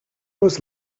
was